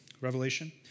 revelation